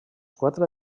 quatre